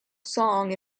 song